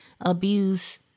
abuse